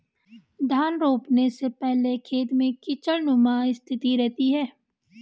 धान रोपने के पहले खेत में कीचड़नुमा स्थिति रहती है